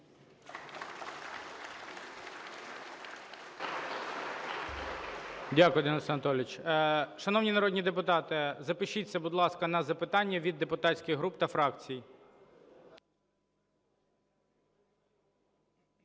Дякую, Денис Анатолійович. Шановні народні депутати, запишіться, будь ласка, на запитання від депутатських груп та фракцій.